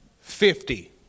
Fifty